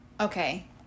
okay